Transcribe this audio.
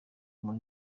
muri